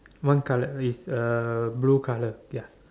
one colour is uh blue colour ya